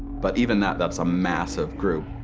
but even that, that's a massive group.